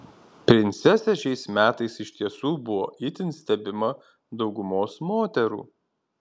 princesė šiais metais iš tiesų buvo itin stebima daugumos moterų